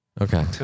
Okay